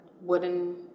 wooden